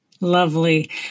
lovely